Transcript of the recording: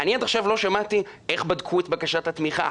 אני עד עכשיו לא שמעתי איך בדקו את בקשת התמיכה,